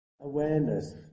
awareness